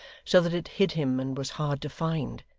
so that it hid him and was hard to find.